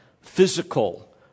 physical